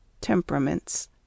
Temperaments